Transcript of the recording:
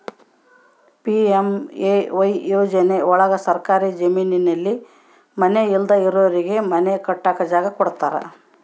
PMAY ಯೋಜನೆ ಒಳಗ ಸರ್ಕಾರಿ ಜಮೀನಲ್ಲಿ ಮನೆ ಇಲ್ದೆ ಇರೋರಿಗೆ ಮನೆ ಕಟ್ಟಕ್ ಜಾಗ ಕೊಡ್ತಾರ